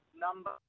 number